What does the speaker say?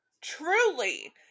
Truly